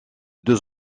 deux